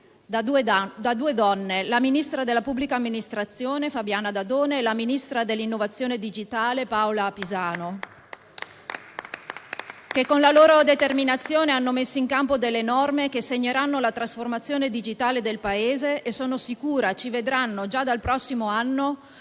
da due donne: il ministro per la pubblica amministrazione Dadone e il ministro per l'innovazione digitale Pisano, che, con la loro determinazione, hanno messo in campo delle norme che segneranno la trasformazione digitale del Paese e - sono sicura - ci vedranno già dal prossimo anno